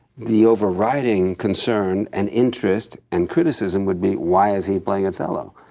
the overriding concern and interest, and criticism would be why is he playing othello?